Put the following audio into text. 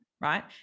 right